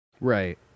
right